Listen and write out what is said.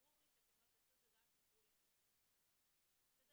ברור לי שאתם לא תעשו את זה גם אם תספרו לי עכשיו שזה קשה.